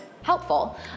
helpful